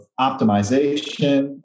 optimization